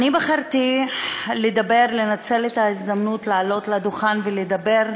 אני בחרתי לנצל את ההזדמנות לעלות לדוכן ולדבר,